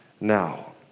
now